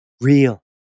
real